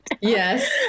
yes